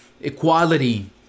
Equality